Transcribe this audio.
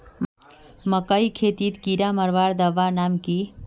मकई खेतीत कीड़ा मारवार दवा नाम की?